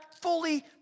fully